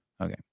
okay